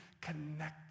connect